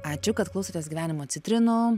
ačiū kad klausotės gyvenimo citrinų